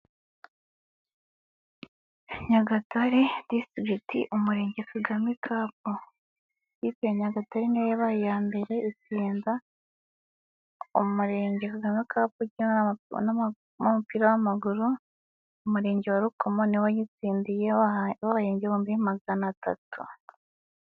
Nyagatare disitirigiti umurenge Kagame Cub. Site ya Nyagatare niyo yabaye iya mbere, itsinda umurenge Kagame Cup mu mupira w'amaguru umurenge wa Rukomo niwo wayitsindiye bayihayee ibihumbi maganatatu.